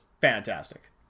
fantastic